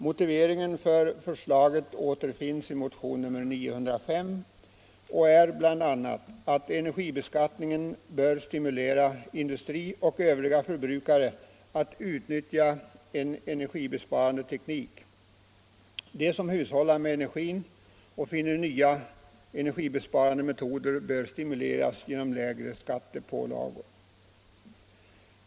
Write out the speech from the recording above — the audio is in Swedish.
Motiveringen för förslaget återfinns i motionen 905 och är bl.a. att energibeskattningen bör stimulera industri och övriga förbrukare att utnyttja en energibesparande teknik. De som hushållar med energin och finner nya energibesparande metoder bör stimuleras genom lägre skattepålagor.